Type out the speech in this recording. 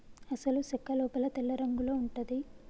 అసలు సెక్క లోపల తెల్లరంగులో ఉంటది